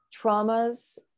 traumas